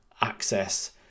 access